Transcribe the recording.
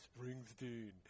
Springsteen